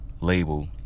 label